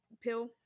pill